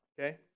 okay